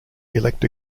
elect